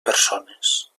persones